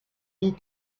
nous